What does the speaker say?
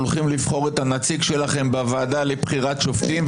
הולכים לבחור את הנציג שלכם בוועדה לבחירת שופטים,